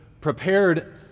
prepared